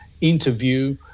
interview